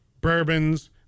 bourbons